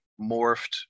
morphed